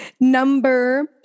Number